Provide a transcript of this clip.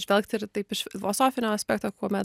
žvelgt ir taip iš filosofinio aspekto kuomet